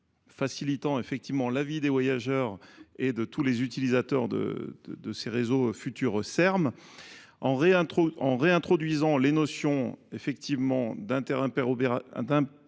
facilitant effectivement l'avis des voyageurs et de tous les utilisateurs de de de ces réseaux futurs Serm en en réintroduisant les notions effectivement